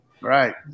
Right